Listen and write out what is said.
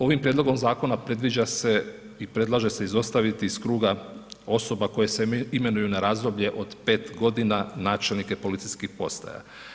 Ovim prijedlogom zakona predviđa se i predlaže se izostaviti iz kruga osoba koja se imenuju na razdoblje od 5 godina načelnike policijskih postaja.